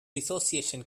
dissociation